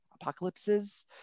apocalypses